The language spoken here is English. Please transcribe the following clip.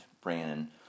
Brandon